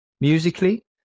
Musically